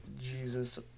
Jesus